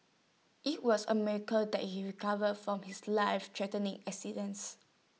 IT was A miracle that he recovered from his lifethreatening accidents